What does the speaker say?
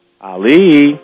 Ali